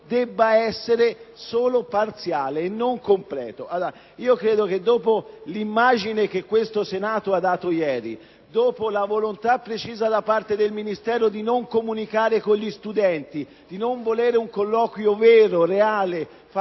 debba essere solo parziale e non completo. Credo che dopo l'immagine che questo Senato ha dato ieri, dopo la volontà precisa da parte del Ministero di non comunicare con gli studenti e di non volere un colloquio vero, reale, fattivo